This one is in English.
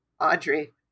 Audrey